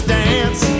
dance